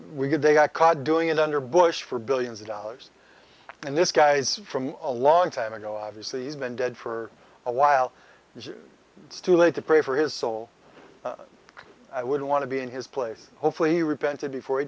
we could they got caught doing it under bush for billions of dollars and this guy's from a long time ago obviously he's been dead for awhile it's too late to pray for his soul i would want to be in his place hopefully he repented before he